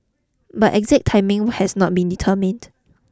but exact timing has not been determined